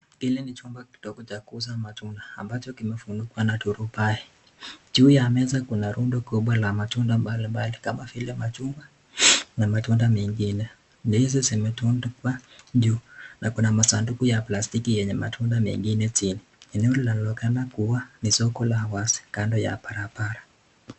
Hili ni chumba kidogo cha kuuza matunda ambacho kimefunikwa na turubai. Juu ya meza kuna rundo kubwa la matunda mbalimbali kama vile machungwa na matunda mengine. Ndizi zimetundikwa juu na kuna masanduku ya plastiki yenye matunda mengine chini. Eneo linaonekana kuwa ni soko la wazi kando ya barabara.